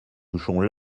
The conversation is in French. touchons